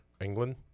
England